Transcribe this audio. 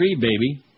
baby